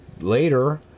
later